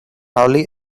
early